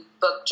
book